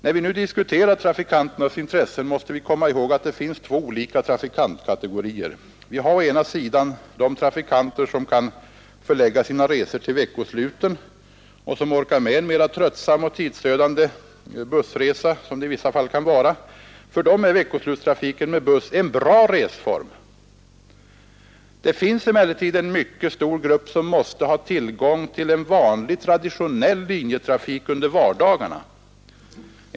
När vi nu diskuterar trafikanternas intressen, måste vi komma ihåg att det finns två olika trafikantkategorier. Vi har å ena sidan de trafikanter som kan förlägga sina resor till veckosluten och som orkar med en mera tröttsam och tidsödande bussresa, som det i vissa fall kan vara fråga om. För dessa är veckoslutstrafiken med buss en bra resform. Det finns emellertid å andra sidan en mycket stor grupp som måste ha tillgång till en vanlig, traditionell linjetrafik under vardagarna.